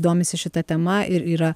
domisi šita tema ir yra